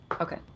Okay